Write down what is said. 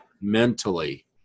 mentally